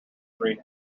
green